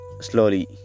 slowly